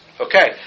Okay